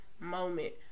Moment